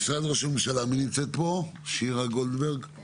משרד ראש הממשלה, שירה גולדברג, בבקשה.